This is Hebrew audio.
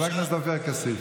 חבר הכנסת עופר כסיף.